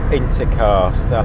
intercast